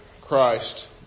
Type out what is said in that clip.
Christ